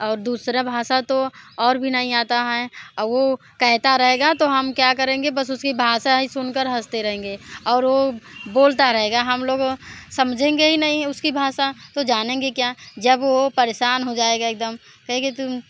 और दूसरी भाषा तो और भी नहीं आती है और वो कहता रहेगा तो हम क्या करेंगे बस उसकी भाषा ही सुन कर हँसते रहेंगे और वो बोलता रहेगा हम लोग समझेंगे ही नहीं कि उसकी भाषा तो जानेंगे क्या जब वो परेशान हो जाएगा एक दम कहेगा तुम